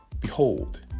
Behold